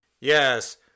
Yes